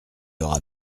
aura